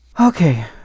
Okay